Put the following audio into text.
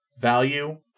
value